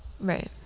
Right